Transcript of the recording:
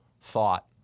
thought